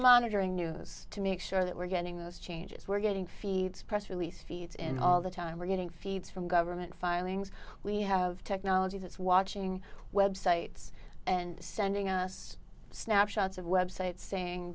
monitoring news to make sure that we're getting those changes we're getting feeds press release feeds in all the time we're getting feeds from government filings we have technology that's watching websites and sending us snapshots of websites saying